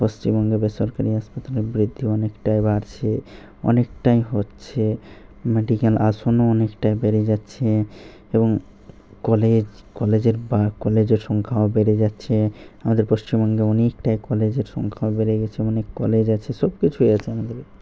পশ্চিমবঙ্গে বেসরকারি হাসপাতালের বৃদ্ধি অনেকটাই বাড়ছে অনেকটাই হচ্ছে মেডিক্যাল আসনও অনেকটাই বেড়ে যাচ্ছে এবং কলেজ কলেজের বা কলেজের সংখ্যাও বেড়ে যাচ্ছে আমাদের পশ্চিমবঙ্গে অনেকটাই কলেজের সংখ্যাও বেড়ে গেছে অনেক কলেজ আছে সব কিছুই আছে আমাদের